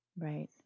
Right